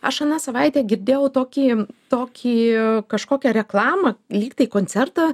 aš aną savaitę girdėjau tokį tokį kažkokią reklamą lyg tai koncertą